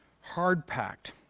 hard-packed